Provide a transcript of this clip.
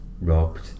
Robbed